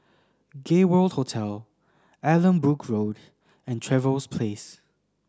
Gay World Hotel Allanbrooke Road and Trevose Place